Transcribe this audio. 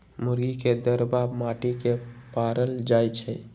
मुर्गी के दरबा माटि के पारल जाइ छइ